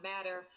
Matter